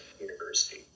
University